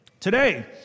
Today